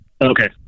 Okay